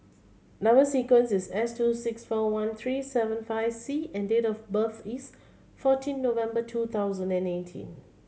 number sequence is S two six four one three seven five C and date of birth is fourteen November two thousand and eighteen